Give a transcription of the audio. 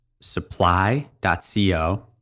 supply.co